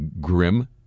grim